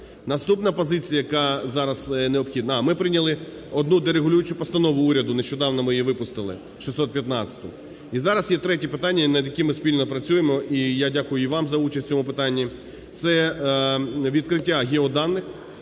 Наступна позиція, яка зараз необхідна… А, ми прийняли одну дерегулюючу постанову уряду, нещодавно ми її випустили, 615. І зараз є третє питання, над яким ми спільно працюємо, і я дякую і вам за участь у цьому питанні, – це відкриття геоданих